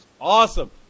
awesome